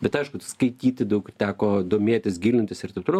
bet aišku skaityti daug teko domėtis gilintis ir taip toliau